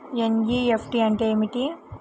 NEFT అంటే ఏమిటి?